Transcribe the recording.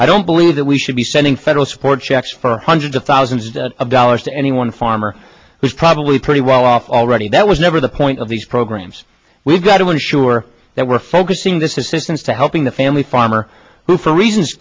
i don't believe that we should be sending federal support checks for hundreds of thousands of dollars to any one farmer who's probably pretty well off already that was never the point of these programs we've got to ensure that we're focusing this assistance to helping the family farmer who for reasons